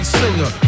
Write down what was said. singer